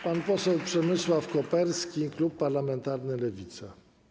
Pan poseł Przemysław Koperski, klub parlamentarny Lewica.